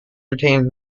retains